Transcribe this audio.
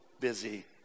busy